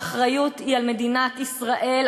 האחריות היא על מדינת ישראל,